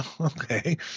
Okay